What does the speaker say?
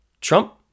Trump